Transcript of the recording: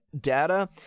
data